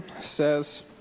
says